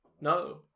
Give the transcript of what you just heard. No